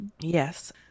Yes